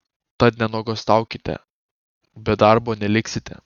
tad nenuogąstaukite be darbo neliksite